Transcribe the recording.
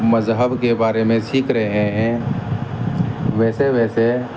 مذہب کے بارے میں سیکھ رہے ہیں ویسے ویسے